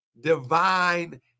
divine